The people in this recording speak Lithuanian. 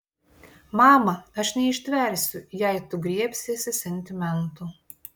mama aš neištversiu jei tu griebsiesi sentimentų